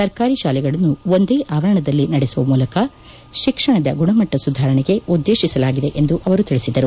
ಸರ್ಕಾರಿ ಶಾಲೆಗಳನ್ನು ಒಂದೇ ಆವರಣದಲ್ಲಿ ನಡೆಸುವ ಮೂಲಕ ಶಿಕ್ಷಣದ ಗುಣಮಟ್ಟ ಸುಧಾರಣೆಗೆ ಉದ್ದೇತಿಸಲಾಗಿದೆ ಎಂದು ಅವರು ತಿಳಿಸಿದರು